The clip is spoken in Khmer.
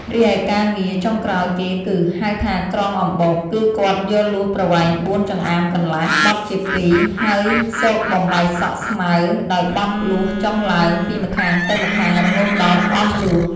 រីឯការងារ ចុងក្រោយគេគឺ ហៅថាក្រងអំបោស គឺគាត់យកលួសប្រវែង៤ចម្អាមកន្លះ បត់ជា២ហើយសូកបំបែកសក់ស្មៅដោយបត់លួសចុះឡើង ពីម្ខាងទៅម្ខាងរហូតដល់អស់លួស។